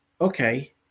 okay